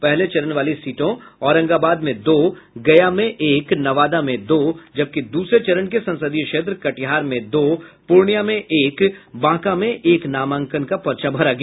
पहले चरण वाली सीटों औरंगाबाद में दो गया में एक नवादा में दो जबकि दूसरे चरण के संसदीय क्षेत्र कटिहार में दो पूर्णियां में एक बांका में एक नामांकन का पर्चा भरा गया